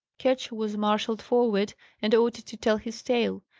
ketch was marshalled forward and ordered to tell his tale,